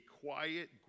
quiet